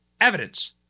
evidence